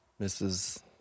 Mrs